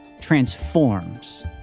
transforms